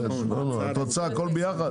את רוצה הכול ביחד?